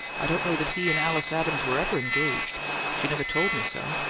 i don't know that he and alice adams were ever engaged she never told me so.